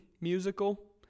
musical